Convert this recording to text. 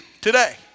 today